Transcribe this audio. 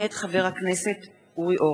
מאת חבר הכנסת חנא סוייד,